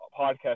podcast